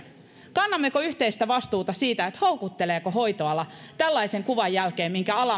kannammeko yhteistä vastuuta siitä houkutteleeko hoitoala tällaisen kuvan jälkeen minkä